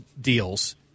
deals